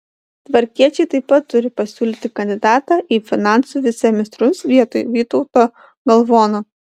tvarkiečiai taip pat turi pasiūlyti kandidatą į finansų viceministrus vietoj vytauto galvono